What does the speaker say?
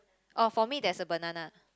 oh for me there's a banana